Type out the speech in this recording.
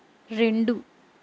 రెండు